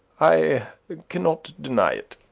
i cannot deny it.